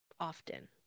often